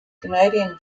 canadian